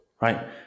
right